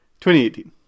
2018